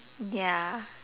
ya